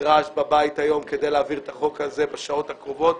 הנדרש בבית היום כדי להעביר את החוק הזה בשעות הקרובות,